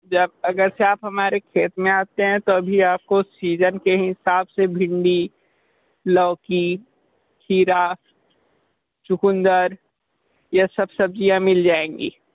जब अगर से आप हमारे खेत में आते हैं तो अभी आपको सीजन के हिसाब से भिंडी लौकी खीरा चुकन्दर यह सब सब्ज़ियाँ मिल जाएंगी